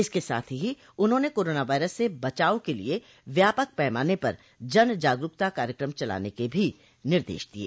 इसके साथ ही उन्होंने कोरोना वायरस से बचाव के लिए व्यापक पैमाने पर जनजागरूकता कार्यक्रम चलाने के भी निर्देश दिये